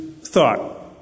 thought